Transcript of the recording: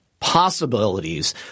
possibilities